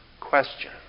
Question